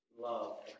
love